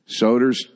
Soders